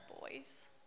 boys